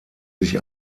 sich